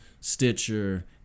Stitcher